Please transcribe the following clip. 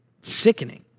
sickening